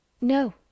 No